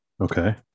Okay